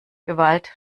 gewalt